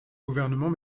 gouvernement